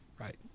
Right